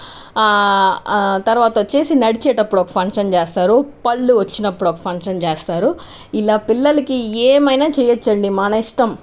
తర్వాత వచ్చేసి నడిచేటప్పుడు ఒక ఫంక్షన్ చేస్తారు పళ్ళు వచ్చినపుడు ఒక ఫంక్షన్ చేస్తారు ఇలా పిల్లలకి ఏమైనా చేయొచ్చండి మన ఇష్టం